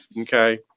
okay